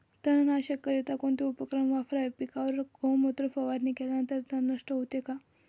तणनाशकाकरिता कोणते उपकरण वापरावे? पिकावर गोमूत्र फवारणी केल्यावर तण नष्ट होते का?